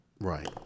Right